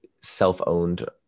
self-owned